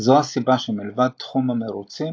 - זו הסיבה שמלבד תחום המרוצים,